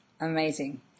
Amazing